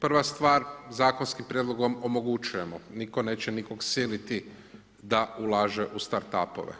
Prva stvar zakonskim prijedlogom omogućujemo, nitko neće nikog siliti da ulaže u start up-ove.